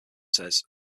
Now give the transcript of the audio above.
says